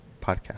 podcast